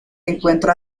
encuentra